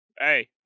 Hey